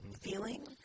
feeling